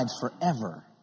forever